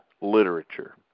Literature